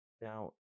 Now